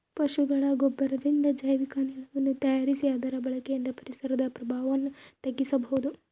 ಪಶುಗಳ ಗೊಬ್ಬರದಿಂದ ಜೈವಿಕ ಅನಿಲವನ್ನು ತಯಾರಿಸಿ ಅದರ ಬಳಕೆಯಿಂದ ಪರಿಸರದ ಪ್ರಭಾವವನ್ನು ತಗ್ಗಿಸಬಹುದು